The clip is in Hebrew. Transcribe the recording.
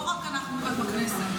לא רק אנחנו בכנסת.